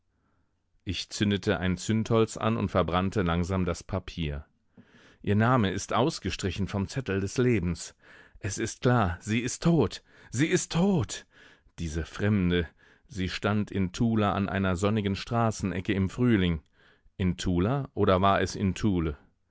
ich zündete ein zündholz an und verbrannte langsam das papier ihr name ist ausgestrichen vom zettel des lebens es ist klar sie ist tot sie ist tot diese fremde sie stand in tula an einer sonnigen straßenecke im frühling in tula oder war es in thule